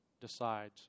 decides